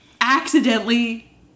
accidentally